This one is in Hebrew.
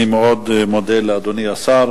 אני מאוד מודה לאדוני השר